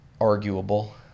arguable